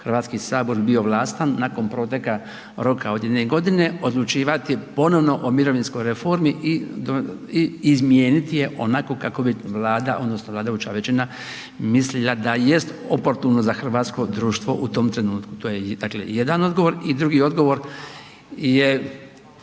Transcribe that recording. Hrvatski sabor bi bio vlastan nakon proteka roka od jedne godine odlučivati ponovno o mirovinskoj reformi i izmijeniti je onako kako bi Vlada odnosno vladajuća većina mislila da jest oportuno za hrvatsko društvo u tom trenutku. To je dakle jedan odgovor. I drugi odgovor je